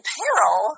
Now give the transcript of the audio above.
peril